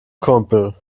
kumpel